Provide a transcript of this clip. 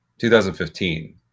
2015